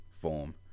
form